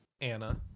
Anna